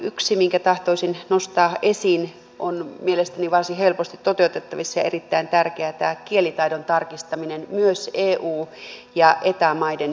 yksi minkä tahtoisin nostaa esiin on mielestäni varsin helposti toteutettavissa ja erittäin tärkeää eli tämä kielitaidon tarkistaminen myös eu ja eta maiden kansalaisilta